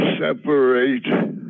separate